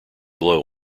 blow